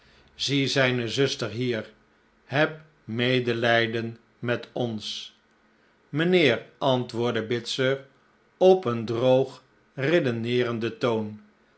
zie zijne zuster hier heb medelijden met ons mijnheer antwoordde bitzer op een droog redeneerenden toon